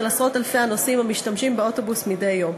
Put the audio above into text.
עשרות אלפי הנוסעים המשתמשים באוטובוס מדי יום.